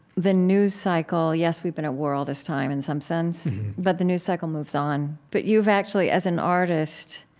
the news cycle yes we've been at war all this time in some sense but the news cycle moves on. but you've actually, as an artist,